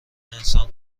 انسان